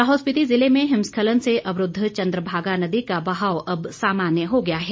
लाहौल स्पिति जिले में हिमस्खलन से अवरूद्व चन्द्रभागा नदी का बहाव अब सामान्य हो गया है